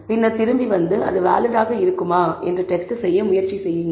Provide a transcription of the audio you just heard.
பின்னர் திரும்பி வந்து அது வேலிட் ஆக இருக்குமா என்று டெஸ்ட் செய்ய முயற்சி செய்யுங்கள்